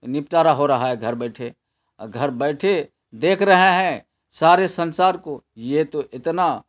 نپٹارہ ہو رہا ہے گھر بیٹھے اور گھر بیٹھے دیکھ رہے ہیں سارے سنسار کو یہ تو اتنا